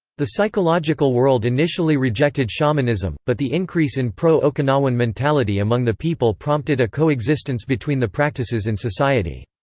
the psychological world initially rejected shamanism, but the increase in pro-okinawan mentality among the people prompted a coexistence between the practices in society.